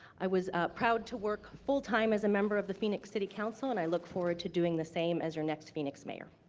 i was proud to work full time as a member of the phoenix city council, and i look forward to doing the same as your next phoenix mayor.